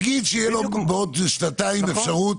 נגיד שיהיה לו בעוד שנתיים אפשרות.